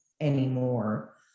anymore